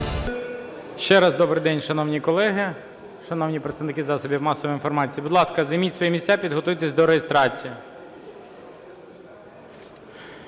Ще раз добрий день, шановні колеги, шановні представники засобів масової інформації! Будь ласка, займіть свої місця і підготуйтесь до реєстрації.